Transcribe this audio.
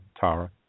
Tara